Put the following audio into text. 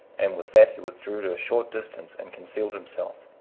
and with that he withdrew to a short distance and concealed himself.